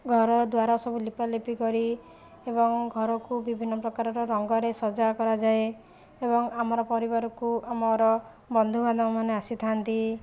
ଘର ଦ୍ଵାର ସବୁ ଲିପା ଲିପି କରି ଏବଂ ଘରକୁ ବିଭିନ୍ନ ପ୍ରକାରର ରଙ୍ଗରେ ସଜା କରାଯାଏ ଏବଂ ଆମର ପରିବାରକୁ ଆମର ବନ୍ଧୁବାନ୍ଧବ ମାନେ ଆସିଥାନ୍ତି